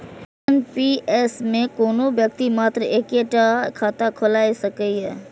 NPS मे कोनो व्यक्ति मात्र एक्के टा खाता खोलाए सकैए